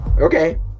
Okay